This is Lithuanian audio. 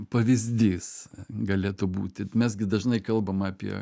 pavyzdys galėtų būti mes gi dažnai kalbam apie